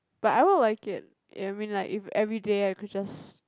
but I will like it ya I mean like if everyday I could just